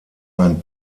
ein